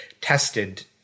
tested